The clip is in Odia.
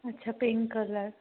ଆଛା ପିଙ୍କ୍ କଲର